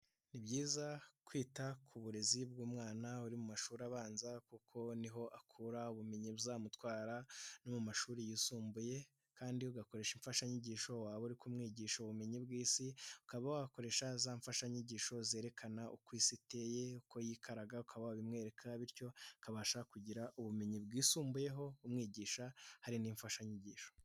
Ni byiza kwita ku burezi bw'umwana uri mu mashuri abanza kuko niho akura ubumenyi buzamutwara no mu mashuri yisumbuye kandi ugakoresha imfashanyigisho. Waba uri kumwigisha ubumenyi bw'isi ukaba wakoresha za mfashanyigisho zerekana uko isi iteye, uko yikaraga ukaba wabimwereka bityo akabasha kugira ubumenyi bwisumbuyeho, kumwigisha hari n'imfashanyigisho.